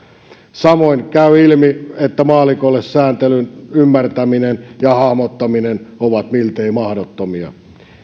samoin käy ilmi että maallikolle sääntelyn ymmärtäminen ja hahmottaminen ovat miltei mahdottomia